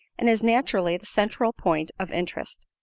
and is naturally the central point of interest.